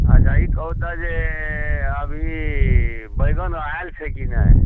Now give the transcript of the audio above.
अच्छा ई कहू तऽ जे अभी बैगन आएल छै कि नहि